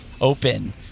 open